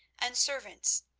and servants,